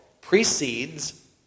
precedes